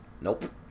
Nope